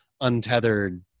untethered